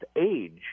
age